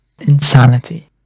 insanity